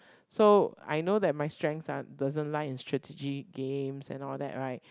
so I know that my strength are doesn't lie in strategy games and all that right